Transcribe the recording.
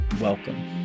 Welcome